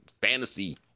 fantasy